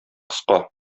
кыска